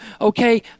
okay